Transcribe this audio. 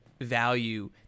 value